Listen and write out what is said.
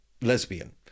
lesbian